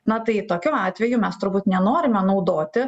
na tai tokiu atveju mes turbūt nenorime naudoti